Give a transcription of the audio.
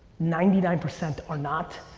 ninety nine percent are not.